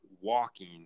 walking